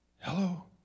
Hello